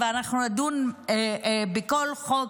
מר בנימין נתניהו רצה להמשיך אותה,